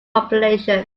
population